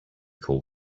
call